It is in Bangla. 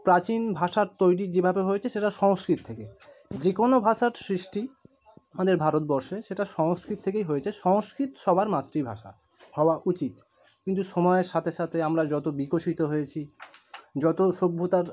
প্রাচীন ভাষার তৈরি যেভাবে হয়েছে সেটা সংস্কৃত থেকে যে কোনো ভাষার সৃষ্টি আমাদের ভারতবর্ষে সেটা সংস্কৃত থেকেই হয়েছে সংস্কৃত সবার মাতৃভাষা হওয়া উচিত কিন্তু সময়ের সাথে সাথে আমরা যত বিকশিত হয়েছি যত সভ্যতার